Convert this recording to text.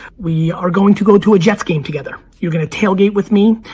we are going to go to a jets game together. you're gonna tailgate with me,